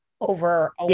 over